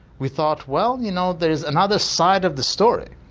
we thought, well, you know, there's another side of the story,